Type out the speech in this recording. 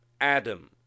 Adam